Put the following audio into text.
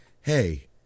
hey